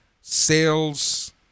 sales